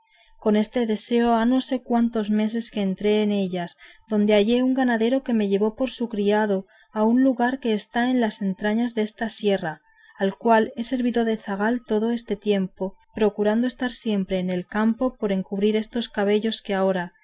con este deseo ha no sé cuántos meses que entré en ellas donde hallé un ganadero que me llevó por su criado a un lugar que está en las entrañas desta sierra al cual he servido de zagal todo este tiempo procurando estar siempre en el campo por encubrir estos cabellos que ahora